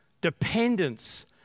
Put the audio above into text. dependence